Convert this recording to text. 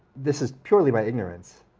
this is purely by ignorance,